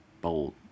Bold